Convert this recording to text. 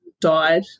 died